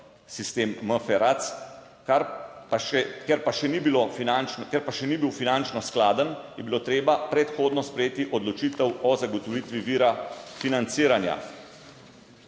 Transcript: sistem MFERAC, ker pa še ni bil finančno skladen, je bilo treba predhodno sprejeti odločitev o zagotovitvi vira financiranja.